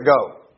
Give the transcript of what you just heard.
go